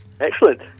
Excellent